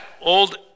old